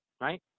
right